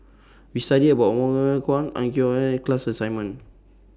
We studied about Wong Meng Voon Koh Ang Hiong Chiok and class assignment